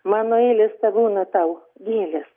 mano eilės tebūna tau gėlės